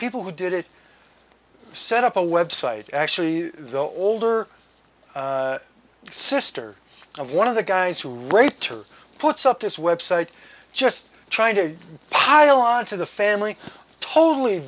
people who did it set up a web site actually the older sister of one of the guys who raped her puts up this website just trying to pile on to the family totally